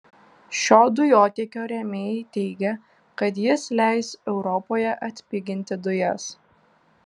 šio dujotiekio rėmėjai teigia kad jis leis europoje atpiginti dujas